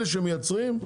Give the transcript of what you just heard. אלה שמייצרים,